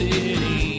City